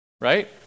right